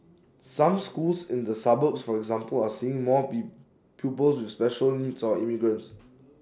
some schools in the suburbs for example are seeing more P pupils with special needs or immigrants